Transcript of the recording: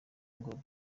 ngo